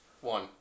One